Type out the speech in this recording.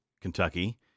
Kentucky